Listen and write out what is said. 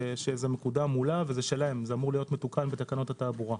שזה מקודם מולם וזה שלהם אמור להיות מתוקן בתקנות התעבורה.